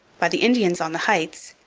by the indians on the heights,